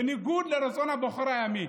בניגוד לרצון בוחרי הימין,